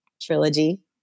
trilogy